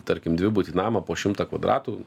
tarkim dvibutį namą po šimtą kvadratų